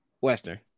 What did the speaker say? Western